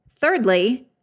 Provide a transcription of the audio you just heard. thirdly